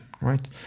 right